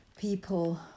people